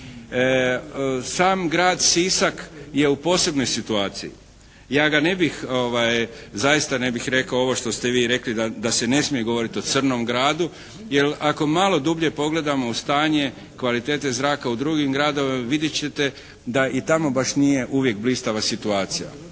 Sam Grad Sisak je u posebnoj situaciji. Ja ga ne bih zaista ne bih rekao ovo što ste vi rekli da se ne smije govoriti o crnom gradu, jer ako malo dublje pogledamo u stanje kvalitete zraka u drugim gradovima vidjet ćete da i tamo baš nije uvijek blistava situacija.